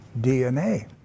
DNA